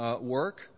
work